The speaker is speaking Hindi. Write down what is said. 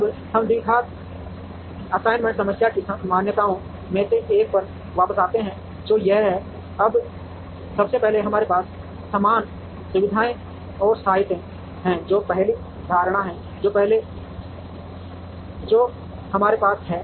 अब हम द्विघात असाइनमेंट समस्या की मान्यताओं में से एक पर वापस आते हैं जो यह है अब सबसे पहले हमारे पास समान सुविधाएं और साइटें हैं जो पहली धारणा है जो हमारे पास है